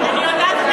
אני יודעת את התקנון.